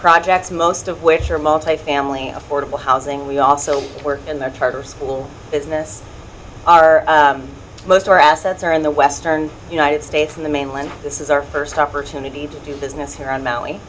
projects most of which are multifamily affordable housing we also work in their charter school business our most our assets are in the western united states in the mainland this is our first opportunity to do business here on m